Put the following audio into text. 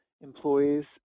employees